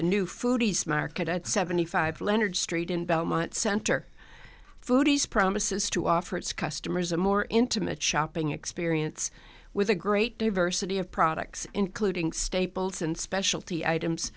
the new foods market at seventy five leonard street in belmont center foodies promises to offer its customers a more intimate shopping experience with a great diversity of products including stapleton specialty items